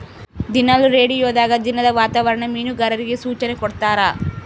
ದಿನಾಲು ರೇಡಿಯೋದಾಗ ದಿನದ ವಾತಾವರಣ ಮೀನುಗಾರರಿಗೆ ಸೂಚನೆ ಕೊಡ್ತಾರ